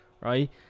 right